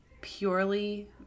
purely